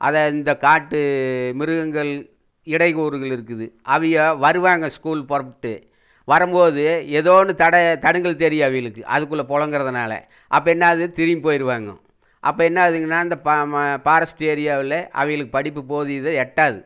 அதை இந்த காட்டு மிருகங்கள் இடை கூறுகள் இருக்குது அவுக வருவாங்க ஸ்கூலுக்கு புறப்பட்டு வரும்போது ஏதோ ஒன்று தட தடங்கள் தெரியும் அவங்களுக்கு அதுக்குள்ள புழங்கறதுனால அப்போ என்னாவது திரும்பி போயிடுவாங்க அப்போ என்ன ஆகுதுங்கன்னால் அந்த ஃபாரஸ்ட் ஏரியாவில் அவுகளுக்கு படிப்பு போதியது எட்டாது